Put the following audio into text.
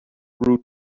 route